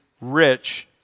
rich